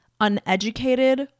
uneducated